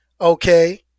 okay